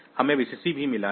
हमें Vcc भी मिला है